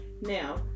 Now